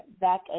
back